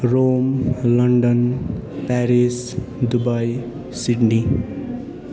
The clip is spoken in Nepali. Rome London Paris Dubai Sydney